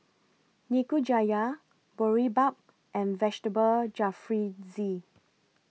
Nikujaga Boribap and Vegetable Jalfrezi